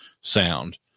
sound